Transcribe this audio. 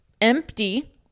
empty